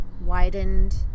widened